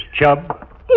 Chubb